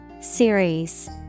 Series